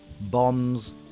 bombs